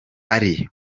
ari